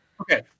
Okay